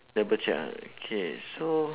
double check ah okay so